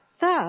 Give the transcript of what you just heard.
thus